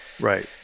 Right